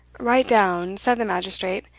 write down, said the magistrate,